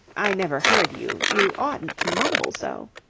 i never heard you. you oughtn't to mumble so.